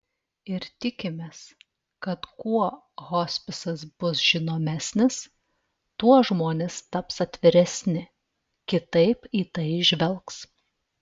ir tikimės kad kuo hospisas bus žinomesnis tuo žmonės taps atviresni kitaip į tai žvelgs